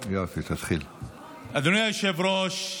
אדוני היושב-ראש,